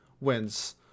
wins